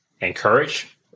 encourage